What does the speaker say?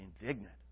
indignant